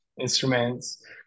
instruments